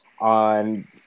on